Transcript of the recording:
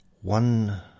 One